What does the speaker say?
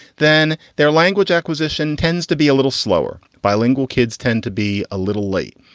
then their language acquisition tends to be a little slower. bilingual kids tend to be a little late,